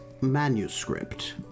manuscript